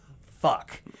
fuck